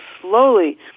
slowly